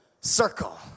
circle